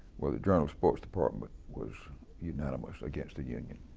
well, the journal's sports department was unanimous against the union,